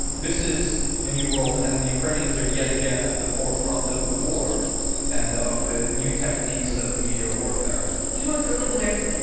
this is the new world, and the ukrainians are yet again at the forefront of the war and of the new techniques of media warfare. do you know what's really hilarious?